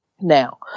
now